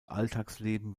alltagsleben